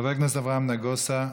חבר הכנסת אברהם נגוסה,